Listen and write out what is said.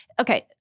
okay